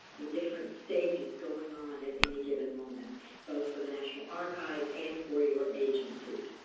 in different stages going on at any given moment, both for the national archives and for your agencies.